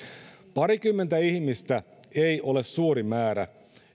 parikymmentä ihmistä ei ole suuri määrä